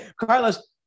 Carlos